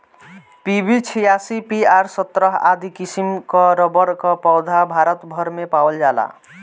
PB छियासी, PR सत्रह आदि किसिम कअ रबड़ कअ पौधा भारत भर में पावल जाला